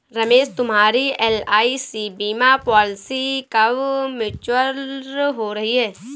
रमेश तुम्हारी एल.आई.सी बीमा पॉलिसी कब मैच्योर हो रही है?